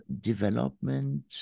development